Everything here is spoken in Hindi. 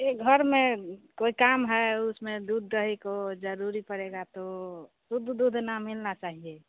यह घर में कोई काम है उसमे दूध दही को ज़रूरी पड़ेगा तो शुद्ध दूध ना मिलना चाहिए